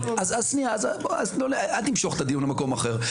אז שנייה אז בוא אז אל תמשוך את הדיון למקום אחר,